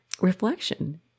reflection